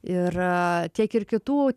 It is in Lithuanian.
ir tiek ir kitų